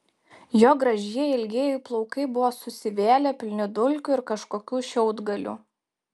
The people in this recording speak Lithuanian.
jo gražieji ilgieji plaukai buvo susivėlę pilni dulkių ir kažkokių šiaudgalių